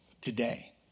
today